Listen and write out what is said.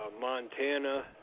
Montana